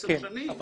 עשר שנים,